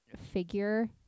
figure